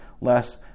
less